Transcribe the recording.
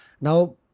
Now